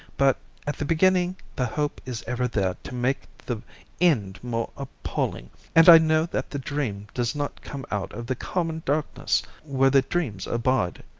but at the beginning the hope is ever there to make the end more appalling and i know that the dream does not come out of the common darkness where the dreams abide,